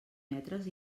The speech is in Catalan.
metres